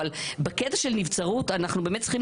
אבל בקטע של נבצרות אנחנו באמת צריכים